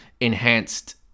enhanced